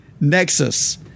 Nexus